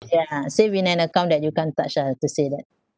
yeah save in an account that you can't touch lah I've to say that